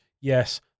yes